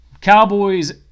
Cowboys